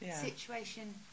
situation